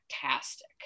fantastic